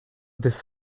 this